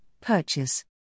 purchase